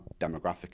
demographic